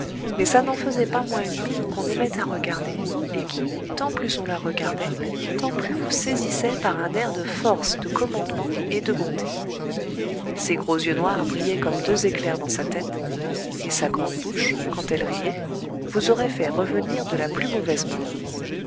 mais ça n'en faisait pas moins une mine qu'on aimait à regarder et qui tant plus on la regardait tant plus vous saisissait par un air de force de commandement et de bonté ses gros yeux noirs brillaient comme deux éclairs dans sa tête et sa grande bouche quand elle riait vous aurait fait revenir de la plus mauvaise mort